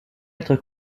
être